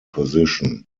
position